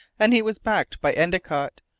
and he was backed by endicott,